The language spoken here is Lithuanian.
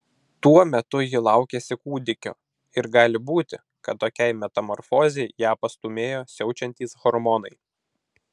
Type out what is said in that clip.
tuo metu ji laukėsi kūdikio ir gali būti kad tokiai metamorfozei ją pastūmėjo siaučiantys hormonai